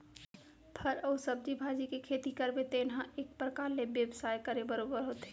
फर अउ सब्जी भाजी के खेती करबे तेन ह एक परकार ले बेवसाय करे बरोबर होथे